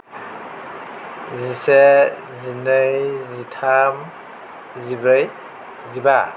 जिसे जिनै जिथाम जिब्रै जिबा